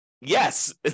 yes